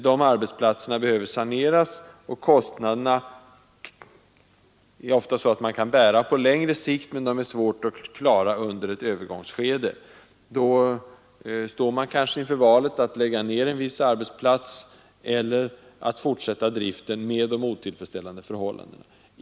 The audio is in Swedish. Dessa arbetsplatser behöver saneras och kostnaderna kan oftast bäras på längre sikt, medan det blir svårare för företagen att klara dem under ett övergångsskede. Då står man kanske inför valet att lägga ned en viss arbetsplats eller att fortsätta driften under rådande otillfredsställande förhållanden.